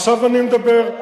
עכשיו אני מדבר.